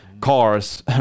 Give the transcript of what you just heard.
cars